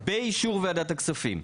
באישור ועדת הכספים.